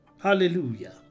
Hallelujah